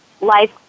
life